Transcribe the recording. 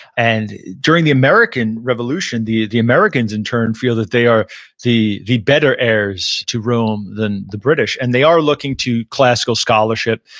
and during the american revolution, the the americans in turn feel that they are the the better heirs to rome than the british, and they are looking to classical scholarship,